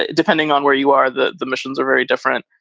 ah depending on where you are. the the missions are very different.